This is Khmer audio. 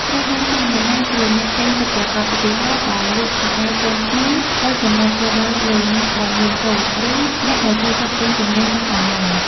ត្រូវដឹងថាអ្នកណាជាអ្នកទិញពិតប្រាកដ ឧទាហរណ៍៖ បើលក់ខោអាវកូនក្មេង ត្រូវកំណត់គោលដៅលើ "អ្នកដែលមានកូន" ឬ "អ្នកដែលចូលចិត្តទិញទំនិញតាមអនឡាញ"។